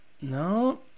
no